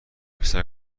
پسر